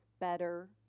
better